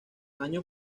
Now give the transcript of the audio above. años